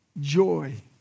joy